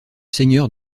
seigneur